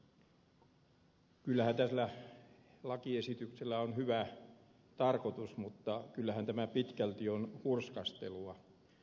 tällä lakiesityksellä on hyvä tarkoitus mutta kyllähän tämä pitkälti on hurskastelua